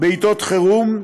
בעתות חירום,